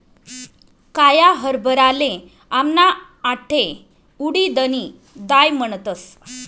काया हरभराले आमना आठे उडीदनी दाय म्हणतस